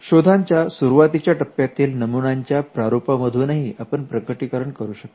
शोधांच्या सुरुवातीच्या टप्प्यातील नमुन्यांच्या प्रारूपा मधूनही आपण प्रकटीकरण करू शकतो